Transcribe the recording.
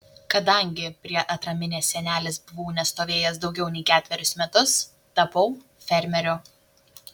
kadangi prie atraminės sienelės buvau nestovėjęs daugiau nei ketverius metus tapau fermeriu